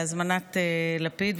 להזמנת לפיד,